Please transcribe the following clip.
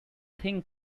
thing